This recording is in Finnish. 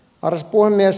arvoisa puhemies